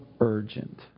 urgent